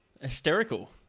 Hysterical